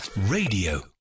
Radio